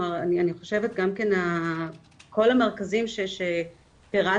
כלומר אני חושבת גם כן כל המרכזים שפרטתם